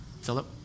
Philip